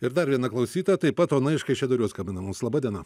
ir dar viena klausytoja taip pat ona iš kaišiadorių skambina mums laba diena